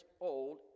old